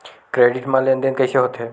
Credit मा लेन देन कइसे होथे?